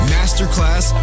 Masterclass